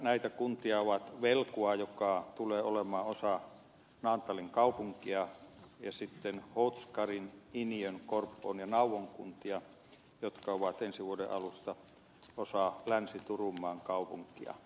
näitä kuntia ovat velkua joka tulee olemaan osa naantalin kaupunkia ja houtskärin iniön korppoon ja nauvon kunnat jotka ovat ensi vuoden alusta osa länsi turunmaan kaupunkia